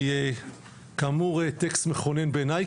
היא כאמור טקסט מכונן בעיניי,